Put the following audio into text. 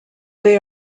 they